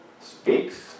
speaks